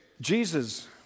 Jesus